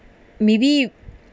maybe